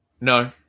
No